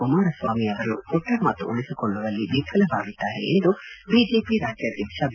ಕುಮಾರ ಸ್ವಾಮಿ ಅವರು ಕೊಟ್ಟ ಮಾತು ಉಳಿಸಿಕೊಳ್ಳುವಲ್ಲಿ ವಿಫಲವಾಗಿದ್ದಾರೆ ಎಂದು ಬಿಜೆಪಿ ರಾಜ್ಯಾದ್ಯಕ್ಷ ಬಿ